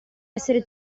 essere